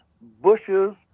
bushes